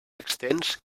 extens